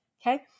Okay